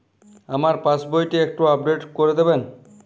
আমার পাসবই টি একটু আপডেট করে দেবেন?